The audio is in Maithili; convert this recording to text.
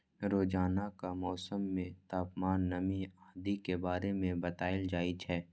रोजानाक मौसम मे तापमान, नमी आदि के बारे मे बताएल जाए छै